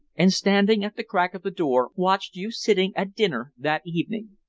and standing at the crack of the door watched you sitting at dinner that evening.